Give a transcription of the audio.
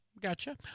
Gotcha